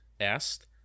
asked